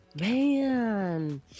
Man